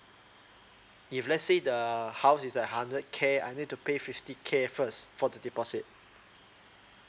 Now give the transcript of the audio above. if let's say the house is a hundred K I need to pay fifty K first for the deposit